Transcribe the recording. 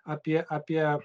apie apie